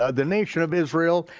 ah the nation of israel,